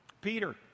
Peter